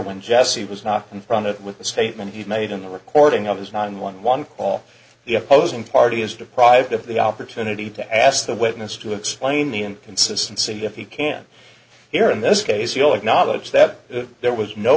when jesse was not confronted with the statement he made in the recording of his nine one one call the opposing party is deprived of the opportunity to ask the witness to explain the inconsistency if he can't hear in this case you'll acknowledge that there was no